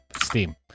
Steam